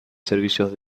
servicios